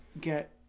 get